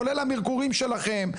כולל המרקורים שלכם.